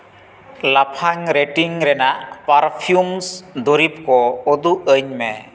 ᱞᱟᱯᱷᱟᱝ ᱨᱮᱴᱤᱝ ᱨᱮᱭᱟᱜ ᱯᱟᱨᱯᱷᱤᱭᱩᱢᱥ ᱫᱩᱨᱤᱵᱽ ᱠᱚ ᱩᱫᱩᱜ ᱟᱹᱧ ᱢᱮ